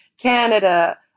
Canada